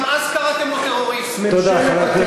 גם אז קראתם לו "טרוריסט" תודה.